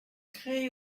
créé